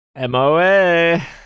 MOA